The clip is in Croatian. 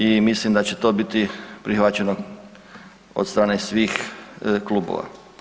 I mislim da će to biti prihvaćeno od strane svih klubova.